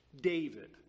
David